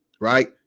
right